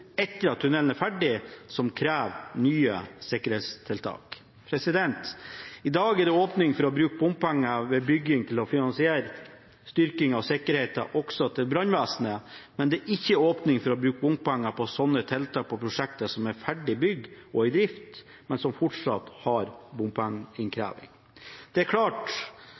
at tunnelen er ferdig, kan dukke opp behov som krever nye sikkerhetstiltak. I dag er det ved bygging åpning for å bruke bompenger til å finansiere styrking av sikkerheten, også til brannvesenet. Men det er ikke åpning for å bruke bompenger på slike tiltak på prosjekter som er ferdig bygget og i drift, og som fortsatt har bompengeinnkreving. Det er klart